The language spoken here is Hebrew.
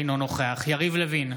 אינו נוכח יריב לוין,